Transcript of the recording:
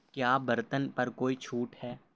کیا برتن پر کوئی چھوٹ ہے